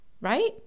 right